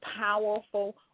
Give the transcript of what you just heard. powerful